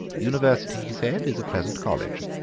university, he said, is a pleasant college.